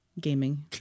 gaming